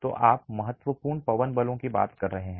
तो आप महत्वपूर्ण पवन बलों की बात कर रहे हैं